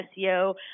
SEO